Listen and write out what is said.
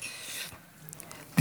שמתחבר,